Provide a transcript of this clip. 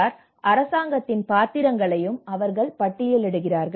ஆரில் அரசாங்கத்தின் பாத்திரங்களையும் அவர்கள் பட்டியலிடுகிறார்கள்